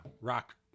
rock